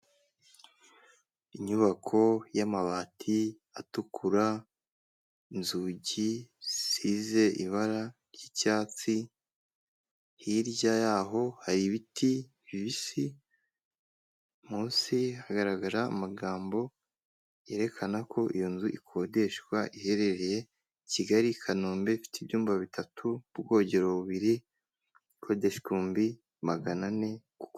Inyubako y'amabati atukura, inzugi zisize ibara ry'icyatsi, hirya y'aho hari ibiti bibisi, munsi hagaragara amagambo yerekana ko iyo nzu ikodeshwa iherereye Kigali, Kanombe, ifite ibyumba bitatu ubwogero bubiri, ikodeshwa ibihumbi magana ane,...